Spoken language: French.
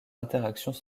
interactions